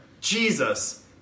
Jesus